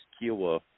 Kiowa